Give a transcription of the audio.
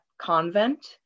convent